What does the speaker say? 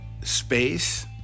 space